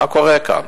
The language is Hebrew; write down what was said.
מה קורה כאן?